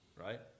right